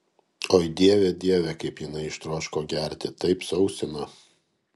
oi dieve dieve kaip jinai ištroško gerti taip sausina